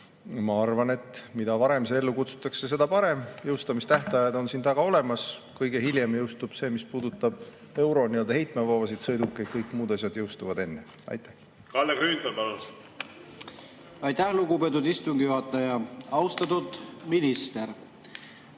ma arvan, et mida varem see ellu kutsutakse, seda parem. Jõustamistähtajad on siin taga olemas. Kõige hiljem jõustub see, mis puudutab nii-öelda heitmevabasid sõidukeid, kõik muud asjad jõustuvad enne. Kalle Grünthal, palun! Aitäh, lugupeetud istungi juhataja! Austatud minister!